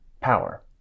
power